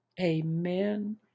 Amen